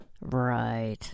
Right